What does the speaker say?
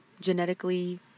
genetically